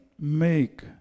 make